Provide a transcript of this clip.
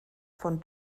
von